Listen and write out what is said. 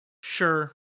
Sure